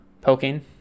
Poking